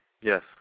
Yes